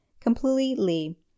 completely